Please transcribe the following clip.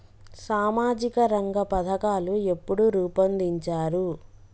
సామాజిక రంగ పథకాలు ఎప్పుడు రూపొందించారు?